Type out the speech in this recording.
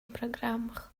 программах